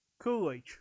Coolidge